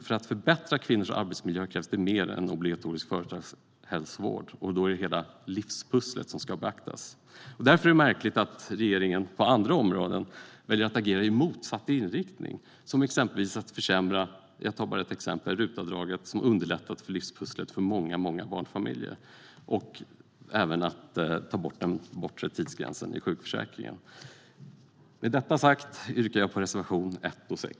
För att förbättra kvinnors arbetsmiljö krävs det mer än obligatorisk företagshälsovård, och då är det hela livspusslet som ska beaktas. Därför är det märkligt att regeringen på andra områden väljer att agera i motsatt riktning. Jag kan nämna några exempel: försämringen av RUT-avdraget, som har underlättat livspusslet för många barnfamiljer, och avskaffandet av den bortre tidsgränsen i sjukförsäkringen. Herr talman! Med detta sagt yrkar jag bifall till reservationerna 1 och 6.